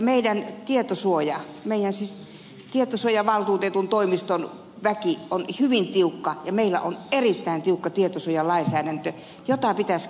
meidän tietosuojamme siis tietosuojavaltuutetun toimiston väki on hyvin tiukka ja meillä on erittäin tiukka tietosuojalainsäädäntö jota pitäisi kyllä purkaa